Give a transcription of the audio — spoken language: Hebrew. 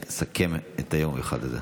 לסכם את היום המיוחד הזה.